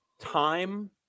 time